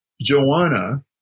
Joanna